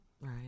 Right